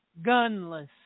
gunless